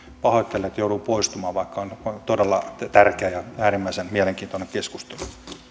pahoittelen että joudun poistumaan vaikka on todella tärkeä ja äärimmäisen mielenkiintoinen keskustelu